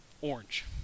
orange